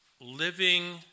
living